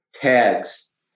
tags